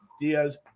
diaz